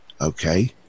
okay